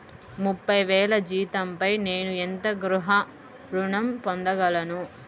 ముప్పై వేల జీతంపై నేను ఎంత గృహ ఋణం పొందగలను?